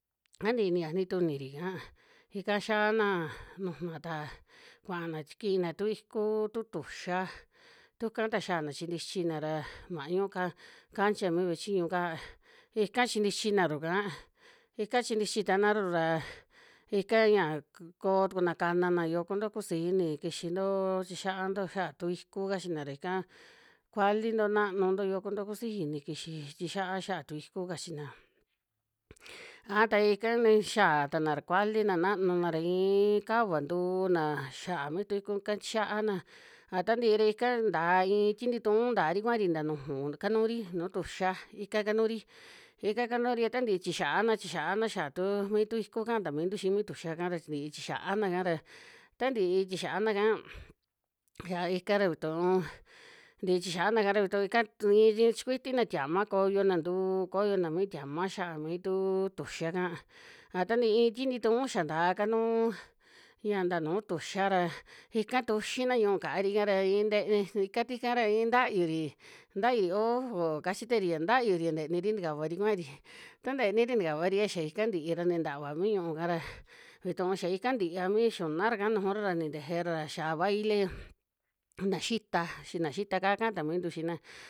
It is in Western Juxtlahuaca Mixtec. A ntii niyani tuniri'ka, ika xiina nujuna ta kuana chi kiina tu ikuu tu tuxa, tuka ta xiaana chintichina ra mañu ca- cancha mi ve'e chiñu'ka ika chintichina ru'ka, ika chintichi tana ru raa, ika ya k- koo tukuna kana'na yoku kusixi ini kixintoo chixianto xa'a tu iku kachina ra ika, kualinto nanunto yo kunto kusixi ini kixi tixiaa xia'a tu iku kachina. aja ta ika ni kixia tana ra kualina, nanu'na ra iin kava ntuuna xia'a mi tu iku'ka tixiana, a ta ntii ra ika nta iin ti ntiitun ntari kuari nta nuju kanuri nuu tuxa ika kanuri, ika kanuri a tantii chixiana, chixiana xa'a tu mitu iku kaa ta mintu xii mi tuxa'ka ra, ntii tixiana'ka ra, ta ntii tixiana'ka xa ika ra vituu, ntii tixiana'ka ra vitu ika tu iin chikuitina tiama koyona ntu'u koyona mi tiama xia'a mi tuu tuxa'ka, a ta ntii iin ti ntitun xia ntaa kanuu yia nta nu'u tuxa ra, ika tuxina ñúu kaari'ka in nteni ika tika ra iin tayuri, tayu "o'jo" kachitari a ntaxuri a nteniri tukavari kua'ari, ta nteniri tukavari ra xia ika ntii ra ni ntava mi ñúuka ra vituu xa ika ntii ya mi, xunara'ka nujura ra nintejera ra xia baile na xita chi na xita'ka kaa ta mintu xiina.